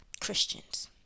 Christians